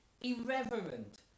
irreverent